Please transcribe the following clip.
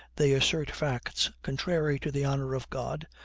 they assert facts contrary to the honor of god,